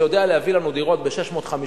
זה יודע להביא לנו דירות ב-650,000,